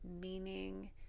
meaning